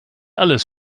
alles